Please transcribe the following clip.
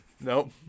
Nope